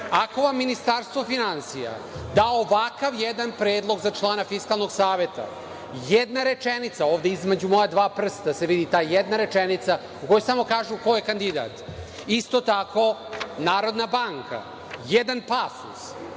Ako vam Ministarstvo finansija da ovakav jedan predlog za člana Fiskalnog saveta, jedna rečenica, ovde između moja dva prsta se vidi ta jedna rečenica, u kojoj samo kažu ko je kandidat. Isto tako Narodna banka, jedan pasus.